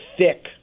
thick